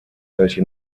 welche